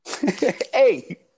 Hey